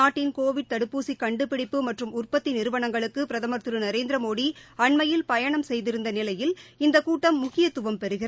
நாட்டின் கோவிட் தடுப்பூசிகண்டுபிடிப்பு மற்றும் உற்பத்திநிறுவனங்களுக்குபிரதமர் திருநரேந்திரமோடிஅண்மையில் பயணம் செய்திருந்தநிலையில் இந்தகூட்டம் முக்கியத்துவம் பெறுகிறது